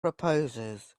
proposes